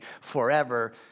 forever